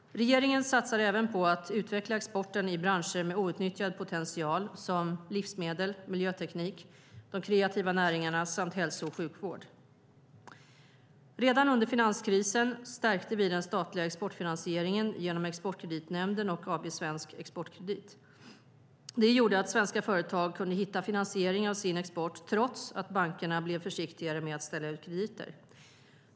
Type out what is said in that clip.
Regeringen satsar även på att utveckla exporten i branscher med outnyttjad potential som livsmedel, miljöteknik, de kreativa näringarna samt hälso och sjukvård. Redan under finanskrisen stärkte vi den statliga exportfinansieringen genom Exportkreditnämnden och AB Svensk Exportkredit. Det gjorde att svenska företag kunde hitta finansiering av sin export trots att bankerna blev försiktigare med att ställa ut krediter.